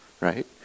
right